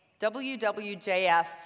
WWJF